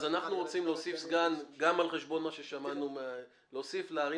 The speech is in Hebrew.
כי יש אי-התאמה בין סעיף 15 --- אז אנחנו רוצים להוסיף עוד סגן לעיר